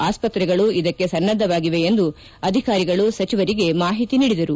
ಆಸ್ತ್ರೆಗಳು ಇದಕ್ಕೆ ಸನ್ನದ್ದವಾಗಿದೆ ಎಂದು ಅಧಿಕಾರಿಗಳು ಸಚಿವರಿಗೆ ಮಾಹಿತಿ ನೀಡಿದರು